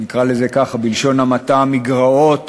נקרא לזה ככה, בלשון המעטה, המגרעות